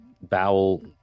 bowel